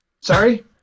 Sorry